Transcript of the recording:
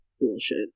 bullshit